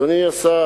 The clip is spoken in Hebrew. אדוני השר,